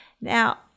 Now